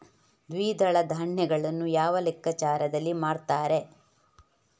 ದ್ವಿದಳ ಧಾನ್ಯಗಳನ್ನು ಯಾವ ಲೆಕ್ಕಾಚಾರದಲ್ಲಿ ಮಾರ್ತಾರೆ?